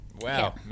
Wow